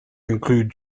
include